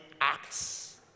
acts